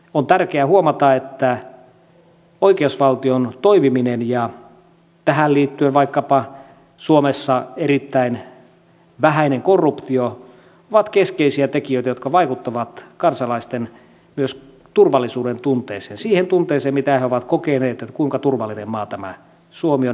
on tärkeää huomata että oikeusvaltion toimiminen ja tähän liittyen vaikkapa suomessa erittäin vähäinen korruptio ovat keskeisiä tekijöitä jotka vaikuttavat myös kansalaisten turvallisuudentunteeseen siihen tunteeseen mitä he ovat kokeneet kuinka turvallinen maa tämä suomi on elää ja asua